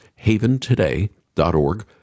haventoday.org